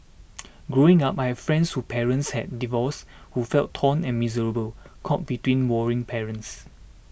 growing up I had friends who parents had divorced who felt torn and miserable caught between warring parents